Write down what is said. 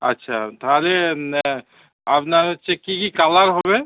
আচ্ছা তাহলে আপনার হচ্ছে কি কি কালার হবে